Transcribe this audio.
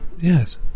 yes